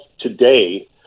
today